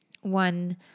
one